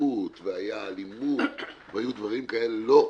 התפרקות והיתה אלימות והיו דברים כאלה לא,